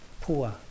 poor